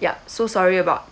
ya so sorry about